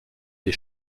les